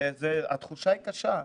התחושה היא קשה.